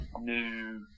new